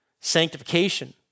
sanctification